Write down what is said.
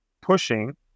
pushing